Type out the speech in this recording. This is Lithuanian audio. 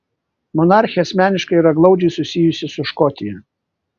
monarchė asmeniškai yra glaudžiai susijusi su škotija